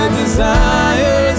desires